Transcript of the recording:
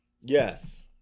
Yes